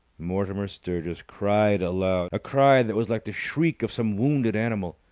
mortimer sturgis cried aloud, a cry that was like the shriek of some wounded animal.